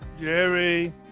Jerry